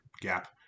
gap